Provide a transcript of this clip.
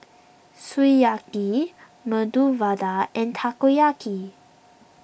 Sukiyaki Medu Vada and Takoyaki